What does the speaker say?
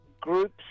groups